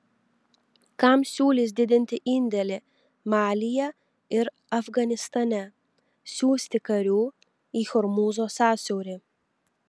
kam siūlys didinti indėlį malyje ir afganistane siųsti karių į hormūzo sąsiaurį